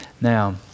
Now